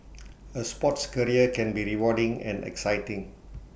A sports career can be rewarding and exciting